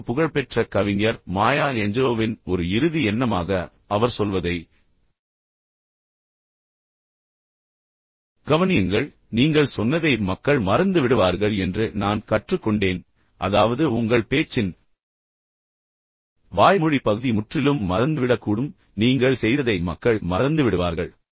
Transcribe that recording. இப்போது புகழ்பெற்ற கவிஞர் மாயா ஏஞ்சலோவின் ஒரு இறுதி எண்ணமாக அவர் சொல்வதை கவனியுங்கள் நீங்கள் சொன்னதை மக்கள் மறந்துவிடுவார்கள் என்று நான் கற்றுக்கொண்டேன் அதாவது உங்கள் பேச்சின் வாய்மொழி பகுதி முற்றிலும் மறந்துவிடக்கூடும் நீங்கள் செய்ததை மக்கள் மறந்துவிடுவார்கள்